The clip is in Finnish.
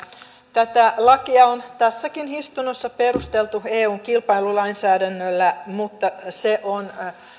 tätä lakia on tässäkin istunnossa perusteltu eun kilpailulainsäädännöllä mutta se on